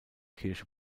kirche